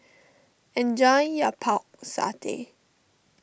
enjoy your Pork Satay